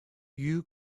you